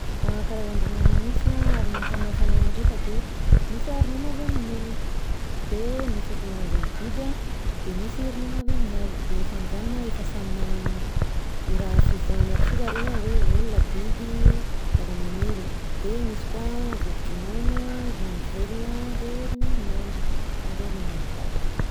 Karazan-dronono misy an ary mahasamy hafa ananjy ndreka de misy ronono avy amin'ny olona, de misy ronono avy amin'ny biby an, de misy ronona avy amin'ny hazo, de efa am'zany ma efa samy manana i raha fivoahany aby si zareo an hoe: olona, biby, zava-maniry, de misy koa vovo-dronono, ronono velona, de ronono mandry, karaha hoe ronono amin'ny boaty.